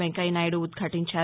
Venkaiah Naidu ఉద్భటించారు